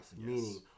meaning